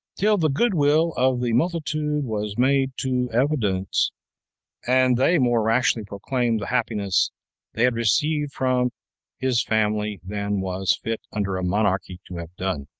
till the good-will of the multitude was made too evident and they more rashly proclaimed the happiness they had received from his family than was fit under a monarchy to have done.